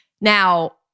Now